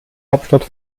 hauptstadt